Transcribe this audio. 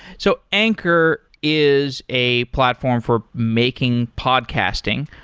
so anchor is a platform for making podcasting.